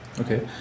Okay